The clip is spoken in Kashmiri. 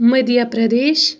مدیہ پردیش